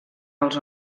als